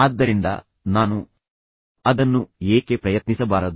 ಆದ್ದರಿಂದ ನಾನು ಅದನ್ನು ಏಕೆ ಪ್ರಯತ್ನಿಸಬಾರದು